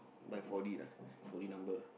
buy four D lah four D number